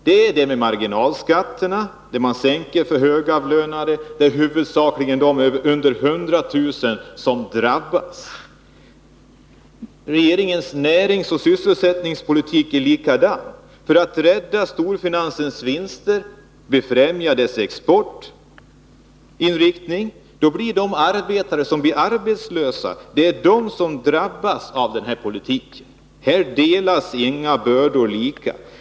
Det är detta med marginalskatterna, där man sänker skatten för de högavlönade — det är huvudsakligen de som har inkomster under 100 000 kr. som drabbas. Regeringens näringsoch sysselsättningspolitik är likadan. För att rädda storfinansens vinster och befrämja storföretagens exportinriktning låter man arbetare bli arbetslösa. Det är de som drabbas av den här politiken. Här delas inga bördor lika.